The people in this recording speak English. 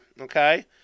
okay